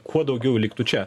kuo daugiau liktų čia